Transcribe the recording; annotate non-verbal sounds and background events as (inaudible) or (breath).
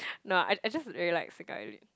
(breath) no I I just really like single eyelid